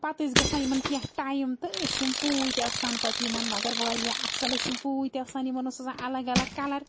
پَتہٕ ٲسۍ گَژھان یِمَن کیٚنٛہہ ٹایِم تہٕ ٲسۍ یِم پوٗتۍ آسان پَتہٕ یِمَن مگر واریاہ اصٕل ٲسۍ یِم پوٗتۍ آسان یِمَن اوس آسان الگ الگ کَلَر